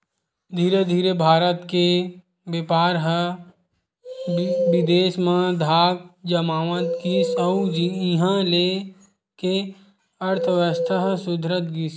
धीरे धीरे भारत के बेपार ह बिदेस म धाक जमावत गिस अउ इहां के अर्थबेवस्था ह सुधरत गिस